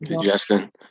Justin